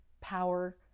power